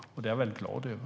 Det är jag mycket glad över.